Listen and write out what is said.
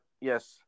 Yes